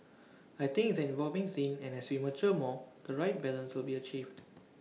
I think it's an evolving scene and as we mature more the right balance will be achieved